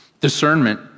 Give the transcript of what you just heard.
Discernment